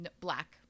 Black